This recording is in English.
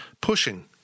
pushing